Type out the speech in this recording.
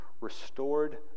restored